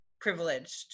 privileged